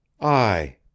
I